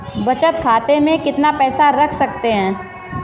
बचत खाते में कितना पैसा रख सकते हैं?